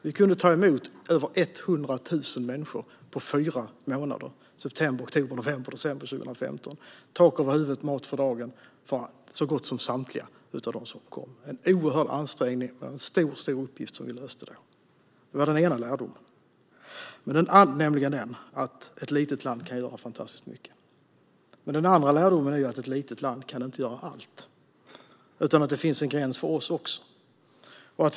Vi kunde ta emot över 100 000 människor på fyra månader - september, oktober, november och december 2015 - och ge tak över huvudet och mat för dagen för så gott som samtliga som kom. Det var en oerhörd ansträngning och en stor uppgift som vi då löste. Det var den ena lärdomen, nämligen att ett litet land kan göra fantastiskt mycket. Den andra lärdomen är att ett litet land inte kan göra allt. Det finns en gräns också för oss.